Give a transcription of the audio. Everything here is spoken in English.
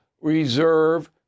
reserve